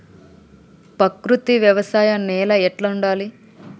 ప్రకృతి వ్యవసాయం నేల ఎట్లా ఉండాలి?